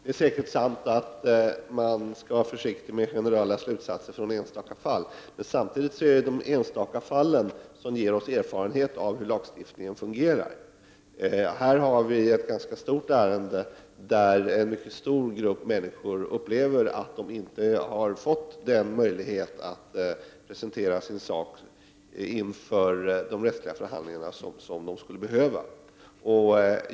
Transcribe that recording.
Herr talman! Det är säkert sant att man skall vara försiktig med att dra generella slutsatser med utgångspunkt i enstaka fall. Men samtidigt är det de enstaka fallen som ger oss erfarenheter av hur lagstiftningen fungerar. Här har vi ett ganska stort ärende, där en stor grupp människor upplever att de inte har fått den möjlighet att presentera sin sak inför de rättsliga förhandlingarna som de skulle behöva.